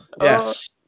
Yes